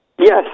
Yes